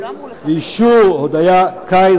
באישור הודיה קין,